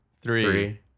three